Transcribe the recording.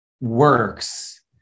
works